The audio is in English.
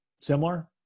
similar